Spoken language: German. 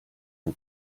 der